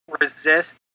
resist